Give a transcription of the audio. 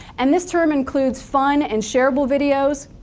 and this term includes fun and shareable videos,